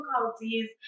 difficulties